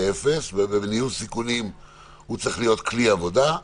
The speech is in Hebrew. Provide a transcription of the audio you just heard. ובניהול סיכונים הוא צריך להיות כלי עבודה.